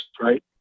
right